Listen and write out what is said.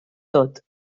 tot